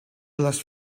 les